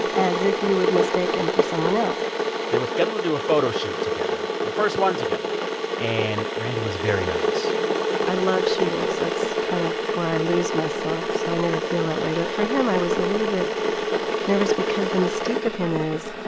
as if you would mistake him for someone else there were scheduled to do a photo shoot together their first one together and randee was very nervous i love shooting, so it's kind of where i lose myself. so i never feel that way. but for him, i was a little bit nervous because the mystique of him is,